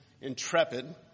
intrepid